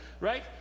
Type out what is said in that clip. right